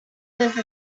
with